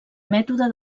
mètode